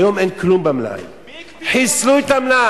היום אין כלום במלאי, מי הקפיא, חיסלו את המלאי.